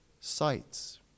sites